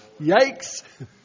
Yikes